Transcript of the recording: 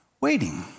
waiting